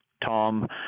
Tom